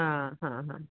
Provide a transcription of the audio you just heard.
हा हा हा